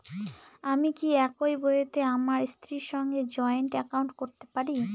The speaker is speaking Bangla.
আমি কি একই বইতে আমার স্ত্রীর সঙ্গে জয়েন্ট একাউন্ট করতে পারি?